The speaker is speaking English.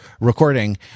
recording